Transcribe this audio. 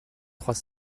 trois